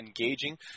engaging